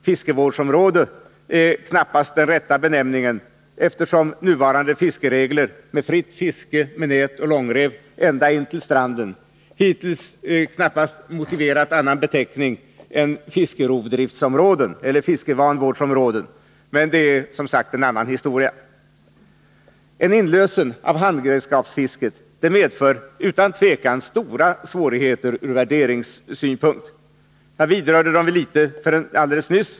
Fiskevårdsområden är knappast den rätta benämningen, eftersom nuvarande fiskeregler, med fritt fiske med nät och långrev ända in till stranden, hittills knappast motiverat någon annan beteckning än fiskerovdriftsområden eller fiskevanvårdsområden. Men det är som sagt en annan historia. En inlösen av handredskapsfisket medför utan tvivel stora svårigheter ur värderingssynpunkt. Jag berörde detta något alldeles nyss.